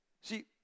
See